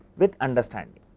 with understanding,